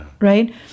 right